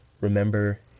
remember